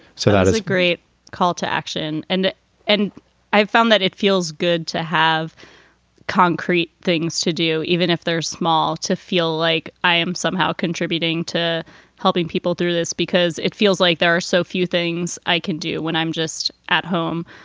so that is a great call to action and and i've found that it feels good to have concrete things to do, even if they're small, to feel like i am somehow contributing to helping people through this, because it feels like there are so few things i can do when i'm just at home.